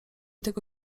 tego